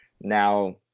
now